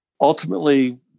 Ultimately